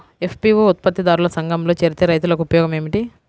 FPO ఉత్పత్తి దారుల సంఘములో చేరితే రైతులకు ఉపయోగము ఏమిటి?